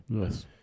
Yes